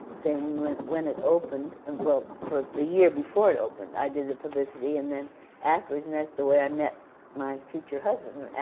thing, when when it opened. and well, for a year before it opened i did the publicity, and then afterwards, and that's the way i met my future husband,